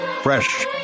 fresh